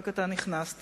רק עתה נכנסתי,